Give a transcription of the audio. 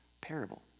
parable